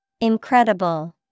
Incredible